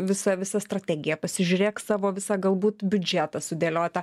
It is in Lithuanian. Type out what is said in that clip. visą visą strategiją pasižiūrėk savo visą galbūt biudžetą sudėliotą